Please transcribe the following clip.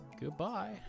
Goodbye